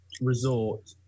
resort